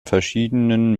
verschiedenen